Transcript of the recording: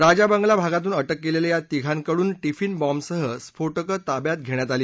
राजा बंगला भागातून अटक केलेल्या या तिघांकडून टिफीन बॉम्बसह स्फोटकं ताब्यात घेण्यात आली